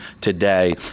today